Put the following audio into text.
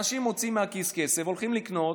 כי אנשים מוציאים מהכיס כסף, הולכים לקנות.